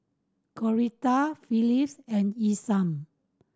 Coretta Phillis and Isam